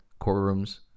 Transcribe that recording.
courtrooms